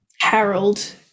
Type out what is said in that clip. Harold